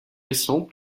récents